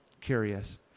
curious